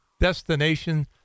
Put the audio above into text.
Destination